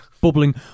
bubbling